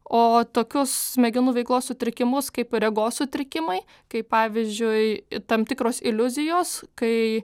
o tokius smegenų veiklos sutrikimus kaip regos sutrikimai kaip pavyzdžiui tam tikros iliuzijos kai